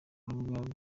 rubuga